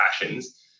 passions